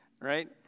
right